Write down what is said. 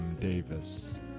Davis